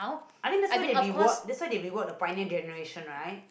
I think that's why they reward that's why reward the print age generation right